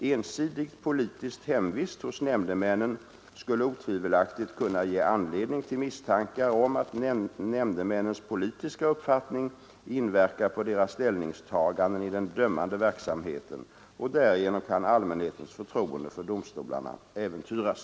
Ensidigt politisk hemvist hos nämndemännen skulle otvivelaktigt kunna ge anledning till misstankar om att nämndemännens politiska uppfattning inverkar på deras ställningstaganden i den dömande verksamheten, och därigenom kan allmänhetens förtroende för domstolarna äventyras.